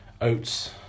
oats